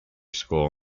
school